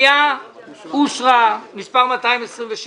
פנייה מספר 226 אושרה.